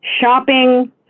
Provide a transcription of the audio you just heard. shopping